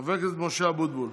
חבר הכנסת משה אבוטבול.